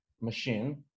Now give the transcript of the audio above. machine